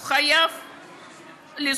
הוא חייב לשרוד,